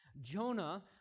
Jonah